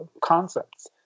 concepts